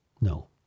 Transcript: No